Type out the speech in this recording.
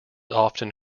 often